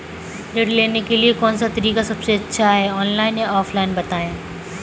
ऋण लेने के लिए कौन सा तरीका सबसे अच्छा है ऑनलाइन या ऑफलाइन बताएँ?